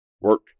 Work